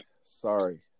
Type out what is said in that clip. sorry